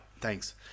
thanks